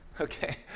Okay